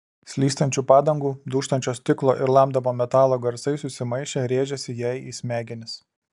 slystančių padangų dūžtančio stiklo ir lamdomo metalo garsai susimaišę rėžėsi jai į smegenis